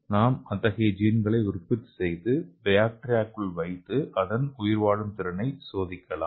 நாம் அத்தகைய ஜீன்களை உற்பத்தி செய்து பாக்டீரியாவுக்கு வைத்து அதன் உயிர்வாழும் திறமையை சோதிக்கலாம்